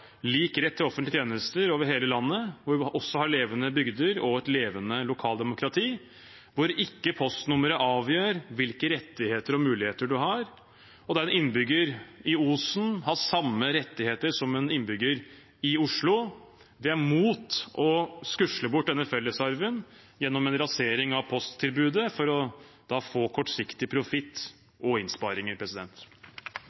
lik rett til offentlige tjenester over hele landet, og hvor vi også har levende bygder og et levende lokaldemokrati, hvor ikke postnummeret avgjør hvilke rettigheter og muligheter du har, og hvor en innbygger i Osen har samme rettigheter som en innbygger i Oslo. Vi er mot å skusle bort denne fellesarven, gjennom en rasering av posttilbudet for å få kortsiktig profitt